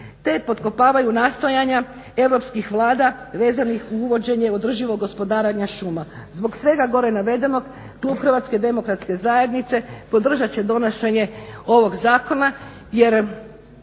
te potkopavaju nastojanja europskih vlada vezanih uz uvođenje održivog gospodarenje šuma. Zbog svega gore navedenog klub HDZ-a podržat će donošenje ovog zakona jer